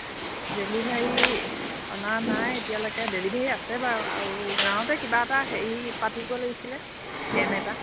delivery অনা নাই এতিয়ালৈকে ডেলিভাৰী আছে বাৰু আৰু গাঁৱতে কিবা এটা হেৰি পাতিব লাগিছিলে কেম্প এটা